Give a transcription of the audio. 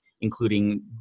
including